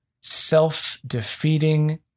self-defeating